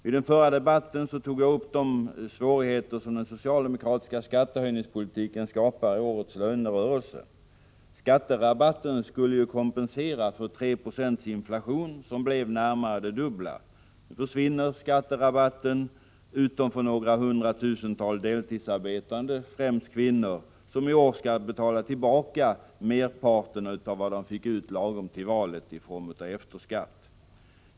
I en tidigare debatt tog jag upp de svårigheter som den socialdemokratiska skattehöjningspolitiken skapar i årets avtalsrörelse. Skatterabatten skulle ju kompensera för 3 70 inflation, som blev närmare det dubbla. Nu försvinner skatterabatten, utom för några hundra tusen deltidsarbetande, främst kvinnor, som i form av efterskatt skall betala tillbaka merparten av vad de fick ut lagom till valet.